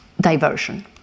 diversion